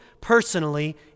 personally